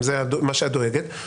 אם זה מה שאת דואגת,